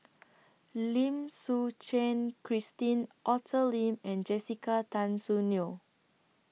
Lim Suchen Christine Arthur Lim and Jessica Tan Soon Neo